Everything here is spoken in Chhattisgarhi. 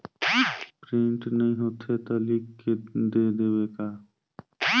प्रिंट नइ होथे ता लिख के दे देबे का?